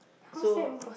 so